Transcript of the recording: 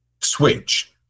switch